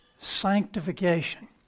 sanctification